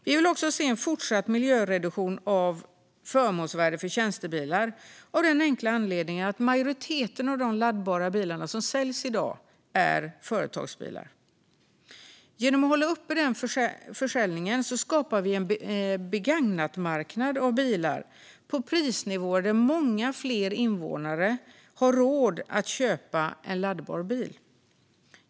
Vi vill också se en fortsatt miljöreduktion av förmånsvärdet för tjänstebilar. Det är av den enkla anledningen att majoriteten av de laddbara bilar som säljs i dag är företagsbilar. Genom att hålla uppe den försäljningen skapar vi en begagnatmarknad av bilar på prisnivåer där många fler invånare har råd att köpa en laddbar bil.